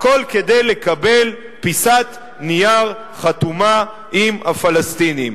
הכול כדי לקבל פיסת נייר חתומה עם הפלסטינים.